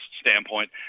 standpoint